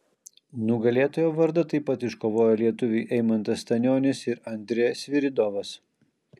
nugalėtojo vardą taip pat iškovojo lietuviai eimantas stanionis ir andrė sviridovas